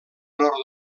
nord